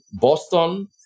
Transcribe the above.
Boston